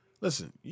Listen